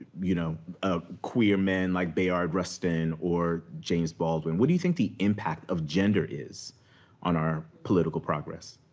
you know ah queer men like bayard rustin, or james baldwin. what do you think the impact of gender is on our political progress?